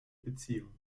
beziehung